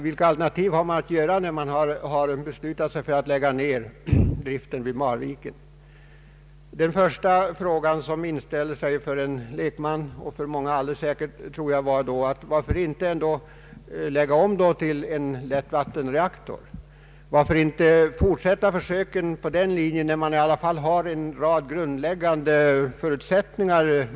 Vilka alternativ har man, när man be slutat sig för att lägga ner driften vid Marviken? Den första fråga som inställer sig för en lekman är: Varför inte försöka lägga om och bygga en lättvattenreaktor, när man i alla fall har en rad grundläggande förutsättningar?